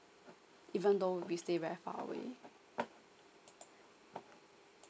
even though we stay very far away